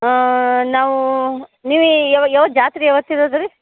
ಹಾಂ ನಾವು ನೀವು ಯಾವ ಯಾವತ್ ಜಾತ್ರೆ ಯಾವತ್ ಇರೋದು ರೀ